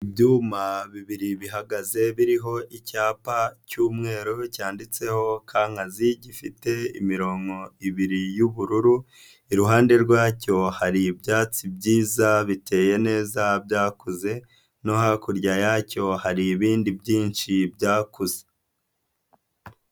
Ibyuma bibiri bihagaze biriho icyapa cy'umweru, cyanditseho Kankazi, gifite imirongo ibiri y'ubururu, iruhande rwacyo hari ibyatsi byiza biteye neza byakuze, no hakurya yacyo hari ibindi byinshi byakuze.